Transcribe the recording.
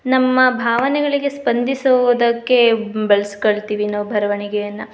ನಮ್ಮ ಭಾವನೆಗಳಿಗೆ ಸ್ಪಂದಿಸುವುದಕ್ಕೆ ಬೆಳ್ಸಿಕೊಳ್ತಿವಿ ನಾವು ಬರವಣಿಗೆಯನ್ನ